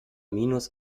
minus